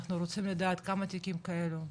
אנחנו רוצים לדעת כמה תיקים כאלו,